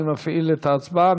אני מפעיל את ההצבעה.